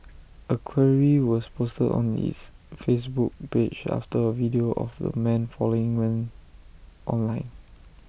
A query was posted on its Facebook page after A video of the man falling went online